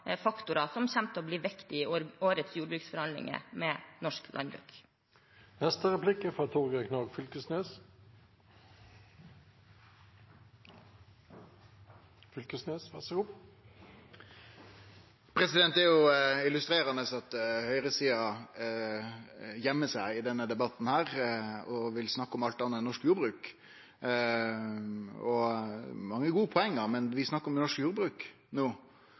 faktorer som kommer til å bli viktige i årets jordbruksforhandlinger med norsk landbruk. Det er jo illustrerande at høgresida gøymer seg i denne debatten og vil snakke om alt anna enn norsk jordbruk. Det er mange gode poeng, men vi snakkar no om norsk jordbruk